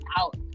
out